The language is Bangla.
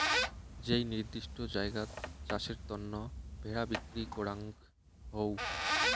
যেই নির্দিষ্ট জায়গাত চাষের তন্ন ভেড়া বিক্রি করাঙ হউ